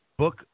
Book